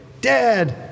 dad